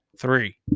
three